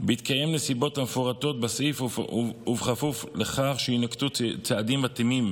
בהתקיים נסיבות המפורטות בסעיף ובכפוף לכך שיינקטו צעדים מתאימים